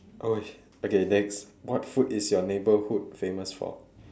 !oi! okay next what food is your neighbourhood famous for